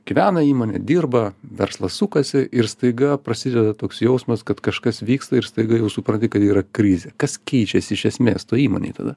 gyvena įmonė dirba verslas sukasi ir staiga prasideda toks jausmas kad kažkas vyksta ir staiga jau supranti kad yra krizė kas keičiasi iš esmės toj įmonėj tada